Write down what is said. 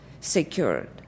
secured